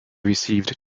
received